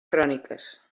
cròniques